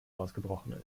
ausgebrochen